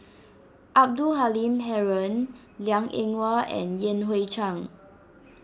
Abdul Halim Haron Liang Eng Hwa and Yan Hui Chang